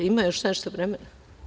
Ima još nešto vremena.